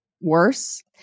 worse